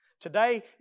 Today